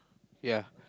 ya